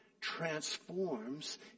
transforms